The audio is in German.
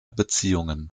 beziehungen